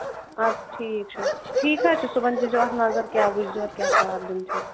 اَدٕ ٹھیٖک چھُ ٹھیٖک حظ چھُ صُبَحن دیٖزیٚو اَتھ نظر کیٛاہ وُچھ زیٚو اَتھ کیٛاہ پرٛابلِم چھا